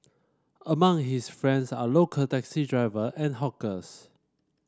among his friends are local taxi driver and hawkers